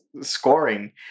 scoring